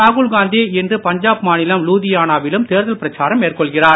ராகுல்காந்தி இன்று பஞ்சாப் மாநிலம் லூதியானாவிலும் தேர்தல் பிரச்சாரம் மேற்கொள்கிறார்